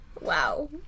wow